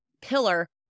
pillar